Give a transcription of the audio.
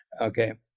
Okay